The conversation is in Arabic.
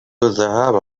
الذهاب